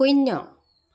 শূন্য